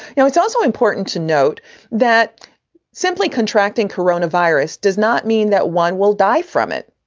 now, it's also important to note that simply contracting corona virus does not mean that one will die from it.